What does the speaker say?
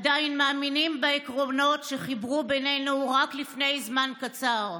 שעדיין מאמינים בעקרונות שחיברו בינינו רק לפני זמן קצר,